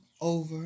over